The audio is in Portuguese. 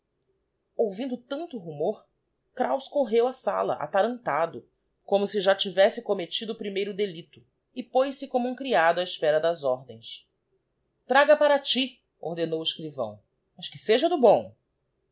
ouvindo tanto rumor kraus correu á sala atarantado como si já tivesse commettido o primeiro delicto e poz-se como um creado á espera das ordens traga paraty ordenou o escrivão mas que seja do bom